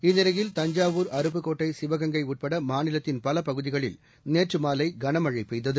இந்நிலையில் அருப்புக்கோட்டை சிவகங்கை உட்பட மாநிலத்தின் பல பகுதிகளில் நேற்று மாலை கனமழை பெய்தது